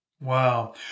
Wow